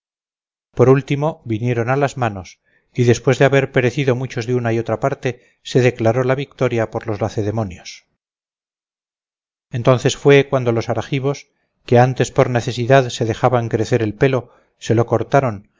por último vinieron a las manos y después de haber perecido muchos de una y otra parte se declaró la victoria por los lacedemonios entonces fue cuando los argivos que antes por necesidad se dejaban crecer el pelo se lo cortaron